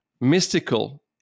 mystical